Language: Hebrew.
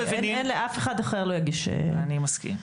אף אחד אחר לא יגיש --- אני מסכים.